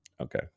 Okay